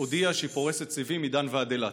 הודיעה שהיא פורסת סיבים מדן ועד אילת.